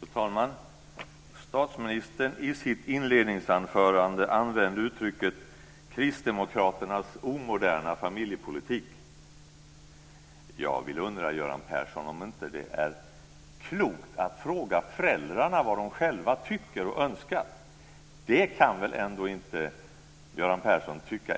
Fru talman! Statsministern använde i sitt inledningsanförande uttrycket Kristdemokraternas omoderna familjepolitik. Jag undrar, Göran Persson, om det inte är klokt att fråga föräldrarna vad de själva tycker och önskar. Det kan väl ändå inte Göran Persson tycka